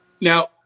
Now